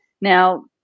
Now